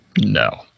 No